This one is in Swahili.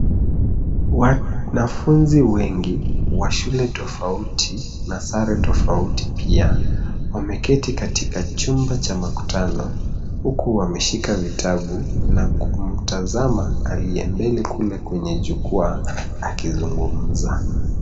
Wanafunzi wengi wa shule tofauti na sare tofauti pia, wameketi katika chumba cha makutano, huku wameshika vitabu na kumtazama aliye mbele kule kwenye jukwaa akizungumza.